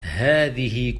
هذه